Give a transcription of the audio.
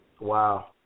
Wow